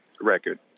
record